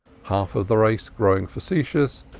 half of the race growing facetious,